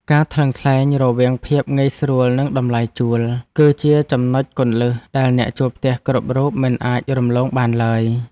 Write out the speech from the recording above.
ការថ្លឹងថ្លែងរវាងភាពងាយស្រួលនិងតម្លៃជួល គឺជាចំណុចគន្លឹះដែលអ្នកជួលផ្ទះគ្រប់រូបមិនអាចរំលងបានឡើយ។